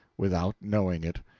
without knowing it.